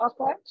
Okay